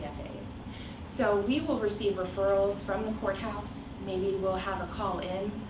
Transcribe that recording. so so we will receive referrals from the courthouse, maybe we'll have a call in.